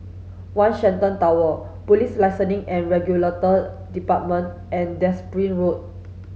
One Shenton Tower Police Licensing and Regulatory Department and Derbyshire Road